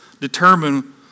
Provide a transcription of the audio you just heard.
determine